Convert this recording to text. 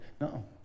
No